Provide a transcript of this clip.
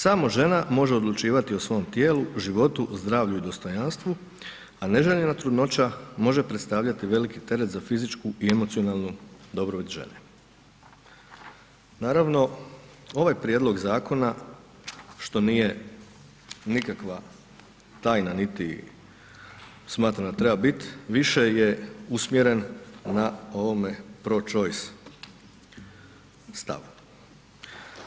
Samo žena može odlučivati o svom tijelu, životu, zdravlju i dostojanstvu, a neželjena trudnoća može predstavljati veliki teret za fizičku i emocionalnu dobrobit žene.“ Naravno ovaj prijedlog zakona što nije nikakva tajna niti smatram da treba bit više je usmjeren na ovome pro-choice stavu.